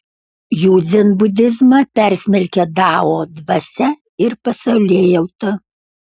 jų dzenbudizmą persmelkia dao dvasia ir pasaulėjauta